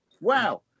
Wow